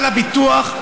על הביטוח,